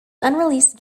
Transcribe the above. unreleased